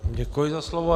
Děkuji za slovo.